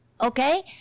Okay